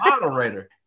moderator